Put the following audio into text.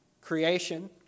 creation